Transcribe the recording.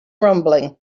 rumbling